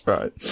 Right